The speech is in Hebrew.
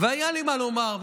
והיה לי מה לומר,